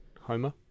Homer